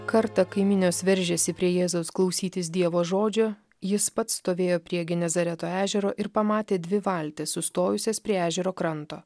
kartą kai minios veržėsi prie jėzaus klausytis dievo žodžio jis pats stovėjo prie genezareto ežero ir pamatė dvi valtis sustojusias prie ežero kranto